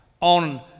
on